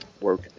work